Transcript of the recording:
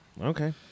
Okay